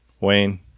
Wayne